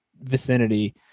vicinity